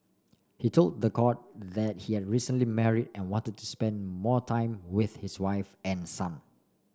he told the court that he had recently marry and wanted to spend more time with his wife and son